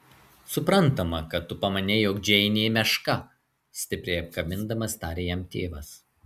suprantama kad tu pamanei jog džeinė meška stipriai apkabindamas tarė jam tėvas